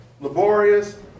laborious